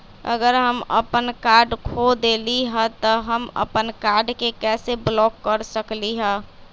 अगर हम अपन कार्ड खो देली ह त हम अपन कार्ड के कैसे ब्लॉक कर सकली ह?